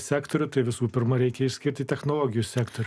sektorių tai visų pirma reikia išskirti technologijų sektorių